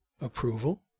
approval